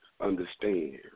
understand